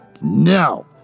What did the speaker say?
no